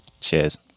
Cheers